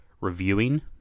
reviewing